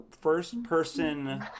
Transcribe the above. first-person